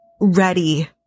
ready